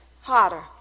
Hotter